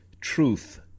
truth